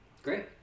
Great